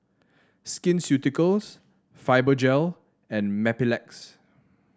Skin Ceuticals Fibogel and Mepilex